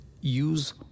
use